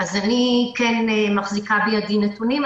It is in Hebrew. אני מחזיקה בידי נתונים.